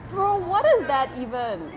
oh what is that even